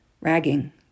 Ragging